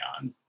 on